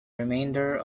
remainder